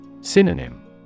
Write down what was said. Synonym